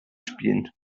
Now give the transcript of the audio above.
spielen